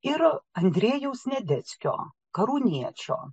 ir andriejaus sniadeckio karūniečio